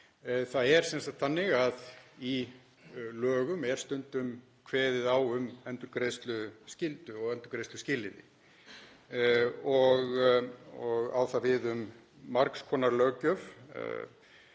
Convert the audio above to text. Það er sem sagt þannig að í lögum er stundum kveðið á um endurgreiðsluskyldu og endurgreiðsluskilyrði og á það við um margs konar löggjöf.